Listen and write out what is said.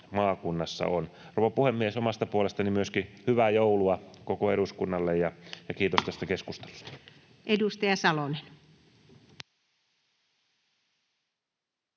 maakunnassa on. Rouva puhemies! Omasta puolestani myöskin hyvää joulua koko eduskunnalle ja kiitos